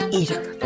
eater